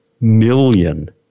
million